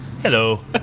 Hello